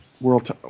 World